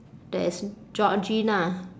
there is georgina